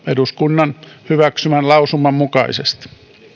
eduskunnan hyväksymän lausuman mukaisesti